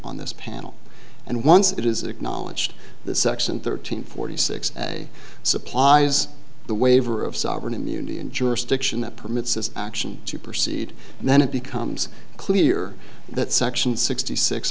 on this panel and once it is acknowledged that section thirteen forty six supplies the waiver of sovereign immunity in jurisdiction that permits this action to proceed and then it becomes clear that section sixty six